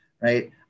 Right